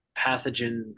pathogen